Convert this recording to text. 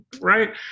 Right